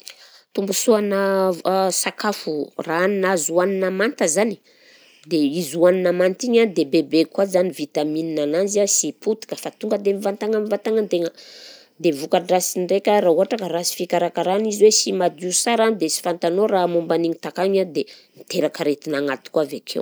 Tombosoanà vo- sakafo raha hanina azo hanina manta zany, dia izy hohanina manta iny a dia bebe koa zany vitamine ananzy a sy potika fa tonga dia mivantagna amin'ny vantagnan-tegna, dia voka-drasiny ndraika raha ohatra ka rasy fikarakana izy hoe sy madio sara dia sy fantanao raha momba an'igny takagny a dia miteraka aretina agnaty koa avy akeo.